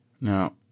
Now